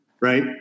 right